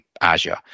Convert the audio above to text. Azure